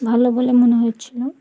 ভালো বলে মনে হচ্ছিলো